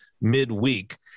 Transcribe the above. midweek